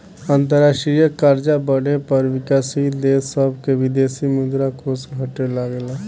अंतरराष्ट्रीय कर्जा बढ़े पर विकाशील देश सभ के विदेशी मुद्रा कोष घटे लगेला